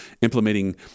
implementing